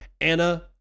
Anna